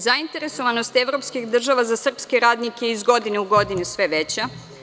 Zainteresovanost evropskih država za srpske radnike iz godine u godinu je sve veća.